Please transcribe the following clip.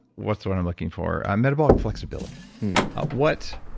what's the word i'm looking for? metabolic flexibility what,